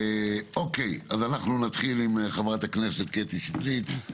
אנחנו נתחיל עם חברת הכנסת קטי שטרית, בבקשה,